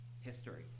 History